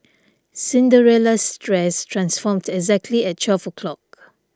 Cinderella's dress transformed exactly at twelve o' clock